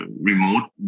remote